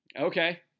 okay